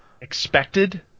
expected